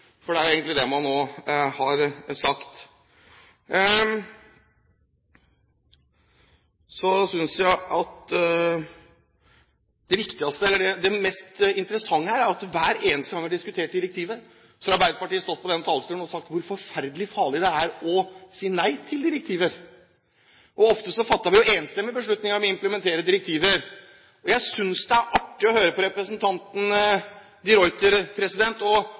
for det er jo egentlig det man nå har sagt. Det viktigste, eller det mest interessante, her er at hver eneste gang vi har diskutert direktivet, har Arbeiderpartiet stått på den talerstolen og sagt hvor forferdelig farlig det er å si nei til direktiver. Ofte fatter vi jo enstemmige beslutninger om å implementere direktiver. Jeg synes det er artig å høre på representanten de Ruiter og